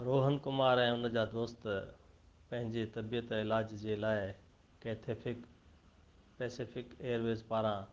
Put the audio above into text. रोहन कुमार ऐं उन जा दोस्त पंहिंजे तबियत इलाज जे लाइ केथेफिक पेसेफिक एयरवेस पारां